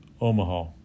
Omaha